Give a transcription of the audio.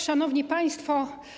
Szanowni Państwo!